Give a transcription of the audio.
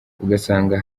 ugasanga